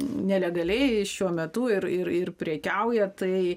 nelegaliai šiuo metu ir ir ir prekiauja tai